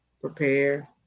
prepare